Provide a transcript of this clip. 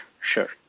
sure